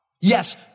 yes